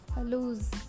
lose